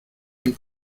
den